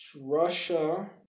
Russia